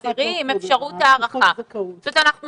התוקף הוא עד ה-31 באוקטובר עם אפשרות הארכה.